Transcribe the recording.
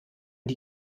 die